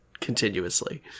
continuously